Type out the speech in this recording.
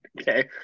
okay